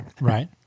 right